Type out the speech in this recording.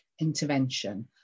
intervention